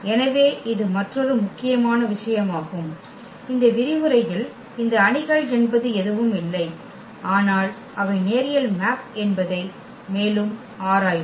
எனவே இது மற்றொரு முக்கியமான விசயமாகும் இந்த விரிவுரையில் இந்த அணிகள் என்பது எதுவும் இல்லை ஆனால் அவை நேரியல் மேப் என்பதை மேலும் ஆராய்வோம்